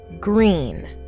green